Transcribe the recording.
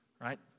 Right